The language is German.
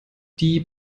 die